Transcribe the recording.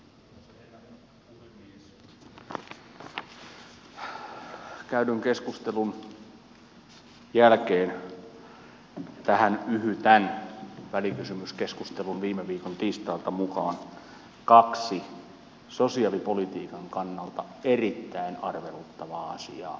käydyn keskustelun jälkeen tähän yhytän välikysymyskeskustelun viime viikon tiistailta mukaan ollaan tekemässä kahta sosiaalipolitiikan kannalta erittäin arveluttavaa asiaa